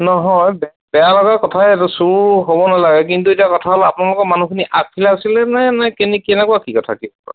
নহয় বে বেয়া লগা কথাই এইটো চোৰ হ'ব নালাগে কিন্তু এতিয়া কথা হ'ল আপোনালোকৰ মানুহখিনি আগফালে আছিলেনে নে কেনে কেনেকুৱা কি কথা কি